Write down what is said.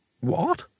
What